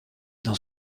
dans